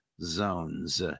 zones